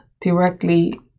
directly